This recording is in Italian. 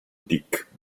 dick